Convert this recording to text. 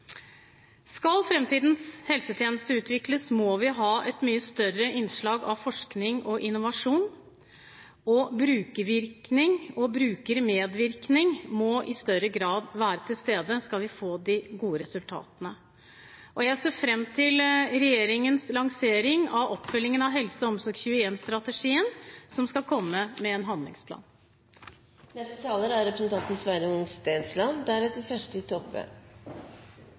Skal framtidens helsetjeneste utvikles, må vi ha et mye større innslag av forskning og innovasjon, og brukermedvirkning må i større grad være til stede, skal vi få de gode resultatene. Jeg ser fram til regjeringens lansering av oppfølgingen av HelseOmsorg21-strategien, som skal komme med en handlingsplan. Team er ikke noe nytt, sier representanten